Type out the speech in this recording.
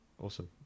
Awesome